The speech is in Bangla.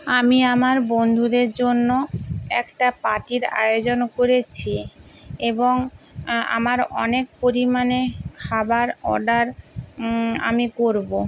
আমি আমার বন্ধুদের জন্য একটা পার্টির আয়োজন করেছি এবং আমার অনেক পরিমাণে খাবার অর্ডার আমি করবো